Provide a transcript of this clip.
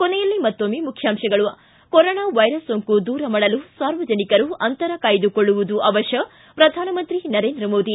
ಕೊನೆಯಲ್ಲಿ ಮತ್ತೊಮ್ಮೆ ಮುಖ್ಯಾಂಶಗಳು ಿ ಕೊರೊನಾ ವೈರಸ್ ಸೊಂಕು ದೂರ ಮಾಡಲು ಸಾರ್ವಜನಿಕರು ಅಂತರ ಕಾಯ್ದುಕೊಳ್ಳುವುದು ಅವಶ್ಯ ಪ್ರಧಾನಮಂತ್ರಿ ನರೇಂದ್ರ ಮೋದಿ